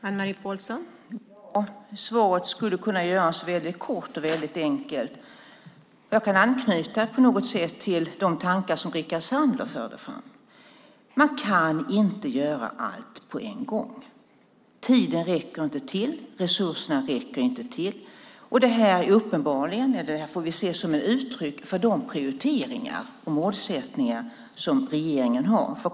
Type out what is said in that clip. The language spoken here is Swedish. Fru talman! Svaret skulle kunna göras väldigt kort och väldigt enkelt. Jag kan anknyta till de tankar som Rickard Sandler förde fram. Man kan inte göra allt på en gång. Tiden räcker inte till. Resurserna räcker inte till. Det här får vi se som ett uttryck för de prioriteringar och målsättningar som regeringen har.